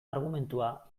argumentua